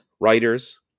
writers